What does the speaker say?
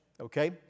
Okay